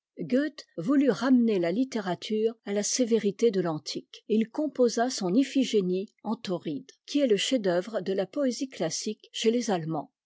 voulut ramener la littérature à la sévérité de l'antique et il composa son iphigénie en tauride qui est le chef deeuvre de ta poésie classique chez les atlemands